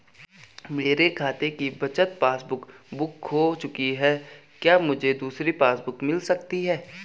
मेरे खाते की बचत पासबुक बुक खो चुकी है क्या मुझे दूसरी पासबुक बुक मिल सकती है?